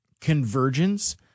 convergence